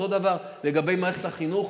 אותו דבר לגבי מערכת החינוך,